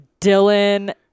Dylan